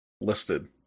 listed